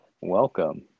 Welcome